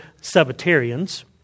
Sabbatarians